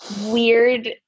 weird